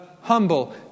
humble